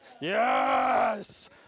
Yes